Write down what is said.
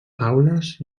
aules